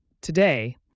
Today